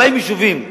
40 יישובים פוזרו.